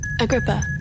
Agrippa